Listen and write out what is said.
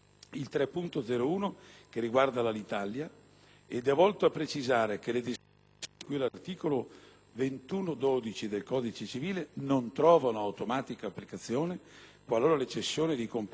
all'articolo 2112 del codice civile non trovano automatica applicazione, qualora le cessioni di complessi aziendali siano effettuate nell'ambito di una procedura straordinaria di insolvenza.